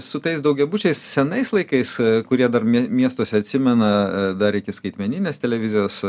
su tais daugiabučiais senais laikais kurie dar miestuose atsimena dar iki skaitmeninės televizijos